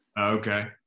okay